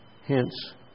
hence